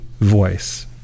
voice